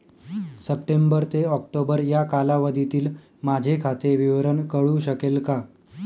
September ते October या कालावधीतील माझे खाते विवरण कळू शकेल का?